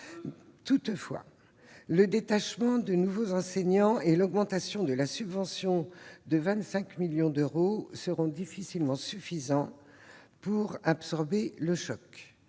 Toutefois, le détachement de nouveaux enseignants et l'augmentation de la subvention de 25 millions d'euros seront difficilement suffisants pour absorber le choc.